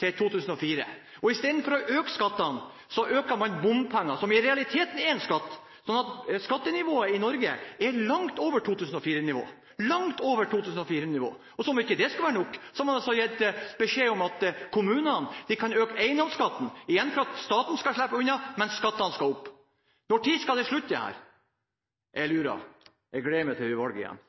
fra 2004. Istedenfor å øke skattene øker man bompengene – som i realiteten er en skatt – slik at skattenivået i Norge er langt over 2004-nivå. Som om ikke det skulle være nok, har man gitt beskjed om at kommunene kan øke eiendomsskatten – igjen for at staten skal slippe unna. Men skattene skal opp. Når skal dette slutte? Jeg lurer. Jeg gleder meg til det blir valg igjen.